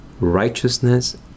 righteousness